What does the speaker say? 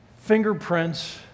fingerprints